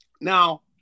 Now